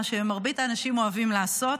מה שמרבית האנשים אוהבים לעשות,